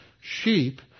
sheep